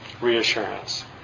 reassurance